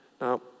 Now